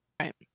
Right